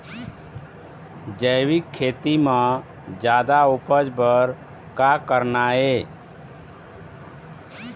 जैविक खेती म जादा उपज बर का करना ये?